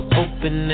open